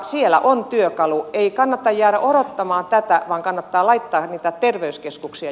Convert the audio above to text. siellä on työkalu ei kannata jäädä odottamaan tätä vaan kannattaa laittaa niitä terveyskeskuksia